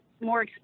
more